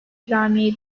ikramiye